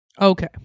Okay